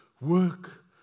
work